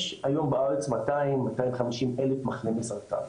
יש היום בארץ 200-250 אלף מחלימי סרטן,